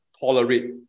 tolerate